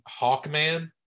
Hawkman